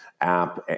app